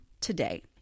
today